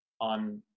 on